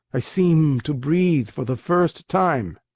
i seem to breathe for the first time!